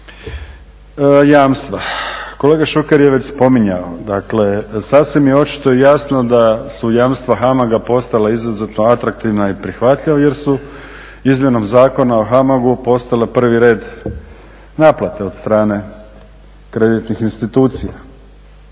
Jamstva, kolega Šuker je već spominjao, sasvim je očito i jasno da su jamstva HAMAG-a postala izuzetno atraktivna i prihvatljiva jer su izmjenom Zakona o HAMAG-u postala prvi red naplate od strane kreditnih institucija.